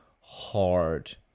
hard